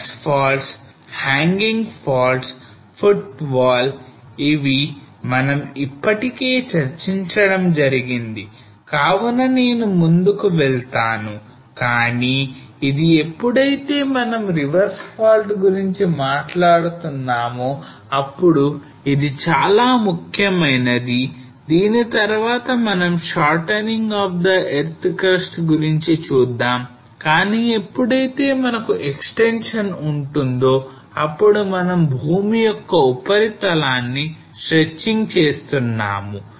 Reverse faults hanging faults footwall ఇవి మనం ఇప్పటికే చర్చించడం జరిగింది కావున నేను ముందుకు వెళ్తాను కానీ ఇది ఎప్పుడైతే మనం reverse fault గురించి మాట్లాడుతున్నామో అప్పుడు ఇది చాలా ముఖ్యమైనది దీని తర్వాత మనం shortening of the earth crust గురించి చూద్దాం కానీ ఎప్పుడైతే మనకు extension ఉంటుందో అప్పుడు మనం భూమి యొక్క ఉపరితలాన్ని stretching చేస్తున్నాము